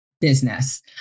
business